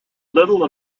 little